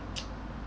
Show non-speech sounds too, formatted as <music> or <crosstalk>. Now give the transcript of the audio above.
<noise>